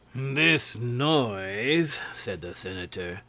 this noise, said the senator,